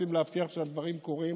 רוצים להבטיח שהדברים קורים.